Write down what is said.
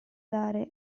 dare